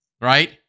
right